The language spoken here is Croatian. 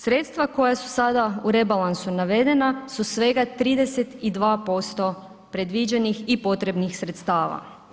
Sredstva koja su sada u rebalansu navedena su svega 32% predviđenih i potrebnih sredstava.